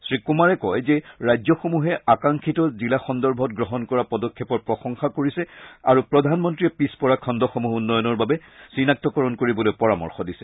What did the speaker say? শ্ৰীকুমাৰে কয় যে ৰাজ্যসমূহে আকাংক্ষিত জিলা সন্দৰ্ভত গ্ৰহণ কৰা পদক্ষেপৰ প্ৰশংসা কৰিছে আৰু প্ৰধানমন্ত্ৰীয়ে পিছপৰা খণ্ডসমূহ উন্নয়নৰ বাবে চিনাক্তকৰণ কৰিবলৈ পৰামৰ্শ দিছে